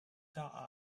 tard